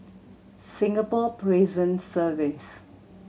Singapore Prison Service